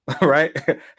Right